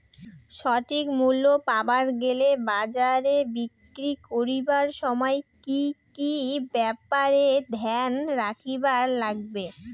সঠিক মূল্য পাবার গেলে বাজারে বিক্রি করিবার সময় কি কি ব্যাপার এ ধ্যান রাখিবার লাগবে?